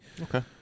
okay